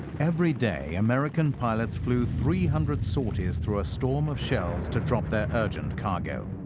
every day, american pilots flew three hundred sorties through a storm of shells to drop their urgent cargo,